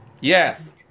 Yes